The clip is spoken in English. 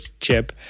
Chip